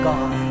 God